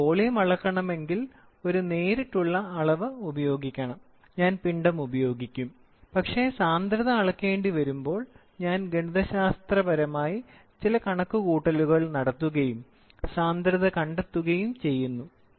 എനിക്ക് വോളിയം അളക്കണമെങ്കിൽ ഒരു നേരിട്ടുള്ള അളവ് ഉപയോഗിക്കണം ഞാൻ പിണ്ഡം ഉപയോഗിക്കും പക്ഷേ സാന്ദ്രത അളക്കേണ്ടിവരുമ്പോൾ ഞാൻ ഗണിതശാസ്ത്രപരമായി ചില കണക്കുകൂട്ടലുകൾ നടത്തുകയും സാന്ദ്രത കണ്ടെത്തുകയും ചെയ്യുന്നു